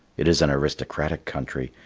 it is an aristocratic country,